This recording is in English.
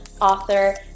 author